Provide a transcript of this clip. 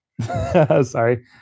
Sorry